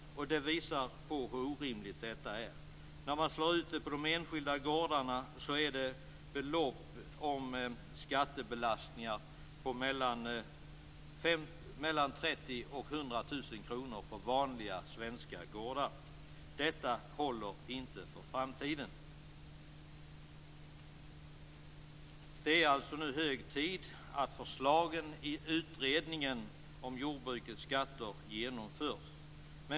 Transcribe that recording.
Detta visar på hur orimligt det hela är. Utslaget på enskilda gårdar ligger beloppen för skattebelastning mellan 30 000 kr och 100 000 kr, och det gäller då vanliga svenska gårdar. Detta håller inte för framtiden! Det är alltså nu hög tid att förslagen i utredningen om jordbrukets skatter genomförs.